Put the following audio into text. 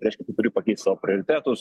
reiškia tu turi pakeist savo prioritetus